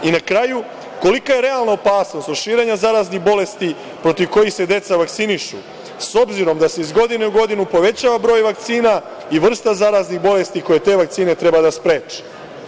Na kraju, kolika je realna opasnost od širenja zaraznih bolesti protiv kojih se deca vakcinišu, s obzirom da se iz godine u godinu povećava broj vakcina i vrsta zaraznih bolesti koje te vakcine treba da spreče?